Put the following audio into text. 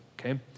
okay